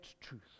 truth